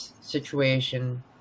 situation